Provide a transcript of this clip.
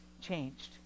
changed